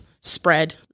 spread